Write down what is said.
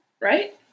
right